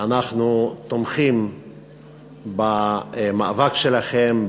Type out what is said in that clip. אנחנו תומכים במאבק שלכם,